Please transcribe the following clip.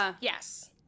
Yes